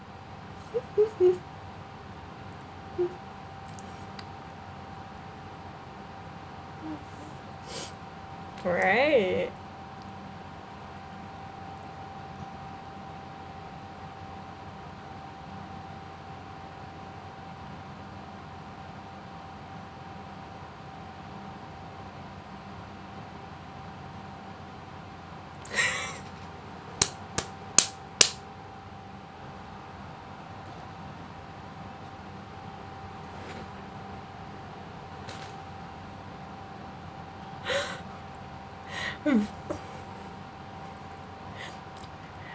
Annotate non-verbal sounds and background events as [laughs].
[laughs] right [laughs]